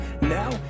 Now